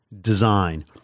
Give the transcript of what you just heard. design